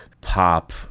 pop